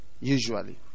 Usually